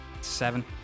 Seven